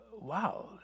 wow